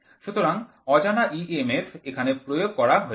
সুতরাং অজানা EMF এখানে প্রয়োগ করা হয়েছে